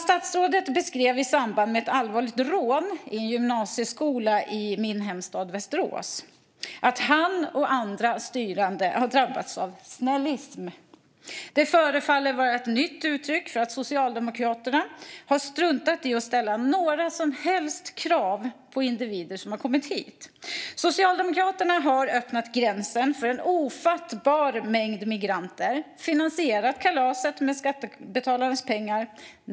Statsrådet beskrev i samband med ett allvarligt rån i en gymnasieskola i min hemstad Västerås att han och andra styrande hade drabbats av snällism. Det förefaller vara ett nytt uttryck för att Socialdemokraterna har struntat i att ställa några som helst krav på individer som har kommit hit. Socialdemokraterna har öppnat gränsen för en ofattbar mängd migranter och finansierat kalaset med skattebetalarnas pengar.